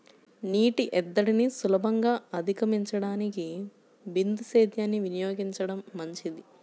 నీటి ఎద్దడిని సులభంగా అధిగమించడానికి బిందు సేద్యాన్ని వినియోగించడం మంచిది